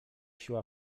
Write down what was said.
siła